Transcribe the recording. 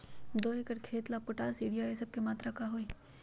दो एकर खेत के ला पोटाश, यूरिया ये सब का मात्रा होई?